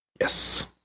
Yes